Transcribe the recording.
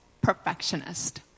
perfectionist